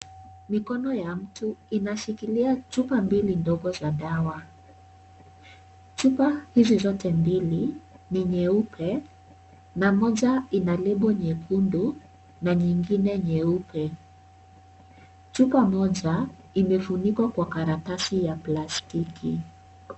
Mikono ya mtu inashikilia chupa mbili ndogo za dawa chupa hizi zote mbili ni nyeupe na moja ina lebo nyekundu na nyingine nyeupe chupa moja imefunikwa kwa karatasi ya plastiki .